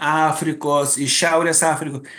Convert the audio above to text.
afrikos iš šiaurės afrikų